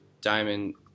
diamond